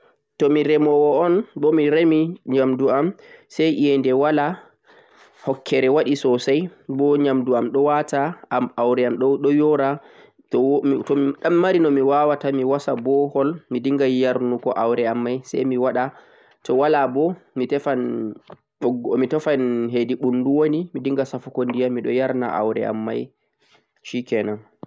Tomi demonii bo mi remi nyamdu'am sai eyende wala koh hokkere waɗe sosai bo nyamdu'am ɗon wata ko aure'am ɗon yora tomimari no mi wawata mi was bohol mi dinga nyarnugo aure am mai sai miwaɗa to walabo mitefan hedi ɓundu woni sai mi dinga safugo ndiyam miɗon yarna aure'am mai.